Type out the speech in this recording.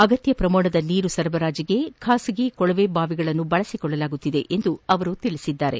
ಅಗತ್ಯ ಪ್ರಮಾಣದ ನೀರು ಪೂರ್ಲೆಕೆಗೆ ಖಾಸಗಿ ಕೊಳವೆಬಾವಿಗಳನ್ನು ಬಳಸಿಕೊಳ್ಳಲಾಗುತ್ತಿದೆ ಎಂದು ಅವರು ತಿಳಸಿದ್ದಾರೆ